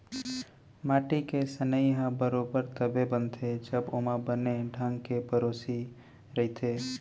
माटी के सनई ह बरोबर तभे बनथे जब ओमा बने ढंग के पेरौसी रइथे